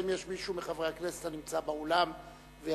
האם יש מישהו מכל חברי הכנסת הנמצא באולם אשר